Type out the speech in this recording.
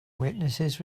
witnesses